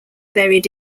buried